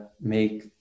make